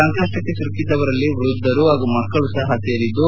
ಸಂಕಷ್ಟಕ್ಕೆ ಸಿಲುಕಿದ್ದವರಲ್ಲಿ ವ್ವದ್ದರು ಹಾಗೂ ಮಕ್ಕಳು ಸಹ ಸೇರಿದ್ದು